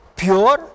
pure